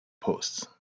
post